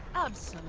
us,